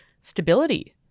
stability